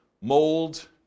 mold